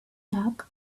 dark